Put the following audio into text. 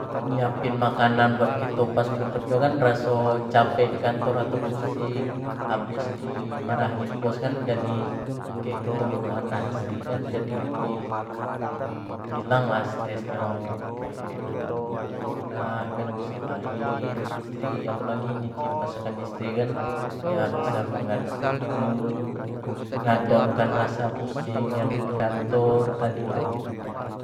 Nyiapin makanan buat kita pas pulang kerja kan rasa capek di kantor atau pusing habis dimarahin bos kan jadi kayak ketemu anak istri kan jadi lebih ilang sters nyo kek ketemu anak kan bisa main istri apalagi nyicip masakan istri kan ya bisa mengadamkan rasa pusing yang di kantor tadi